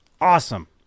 awesome